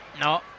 No